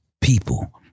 people